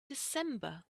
december